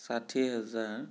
ষাঠি হাজাৰ